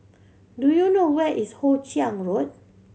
do you know where is Hoe Chiang Road